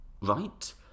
right